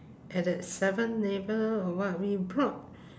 at that seven or what we brought